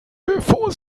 bevor